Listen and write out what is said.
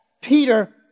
Peter